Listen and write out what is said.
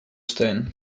stellen